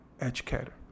educator